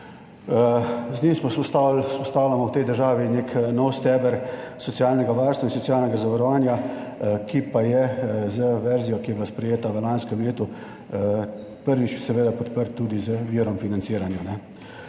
Z njim smo se vzpostavljamo v tej državi nek nov steber socialnega varstva in socialnega zavarovanja, ki pa je z verzijo, ki je bila sprejeta v lanskem letu prvič seveda podprt tudi z virom financiranja.